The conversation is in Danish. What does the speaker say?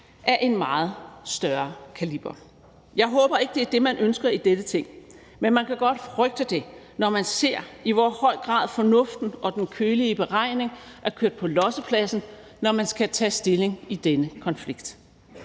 af en meget større kaliber. Jeg håber ikke, det er det, man ønsker i dette Ting, men man kan godt frygte det, når man ser, i hvor høj grad fornuften og den kølige beregning er kørt på lossepladsen, når man skal tage stilling i denne konflikt.